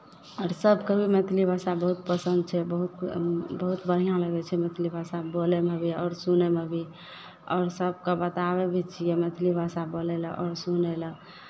आओर सभके मैथिली भाषा बहुत पसन्द छै बहुत बहुत बढ़िआँ लगै छै मैथिली भाषा बोलयमे भी आओर सुनयमे भी आओर सभके बताबै भी छियै मैथिली भाषा बोलय लेल आओर सुनय लेल